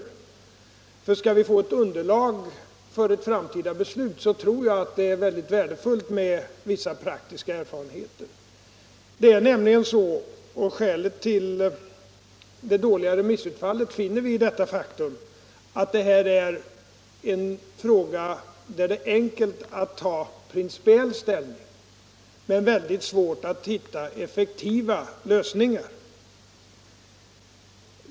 När det gäller att få ett underlag för ett framtida beslut tror jag att det är värdefullt att få vissa praktiska erfarenheter. Nr 68 Det är nämligen så — och skälet till det dåliga remissutfallet finner Måndagen den vi i detta faktum — att detta är en fråga, där det är enkelt att ta principiell 28 april 1975 ställning men mycket svårt att hitta effektiva lösningar.